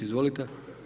Izvolite.